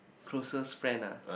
closest friends ah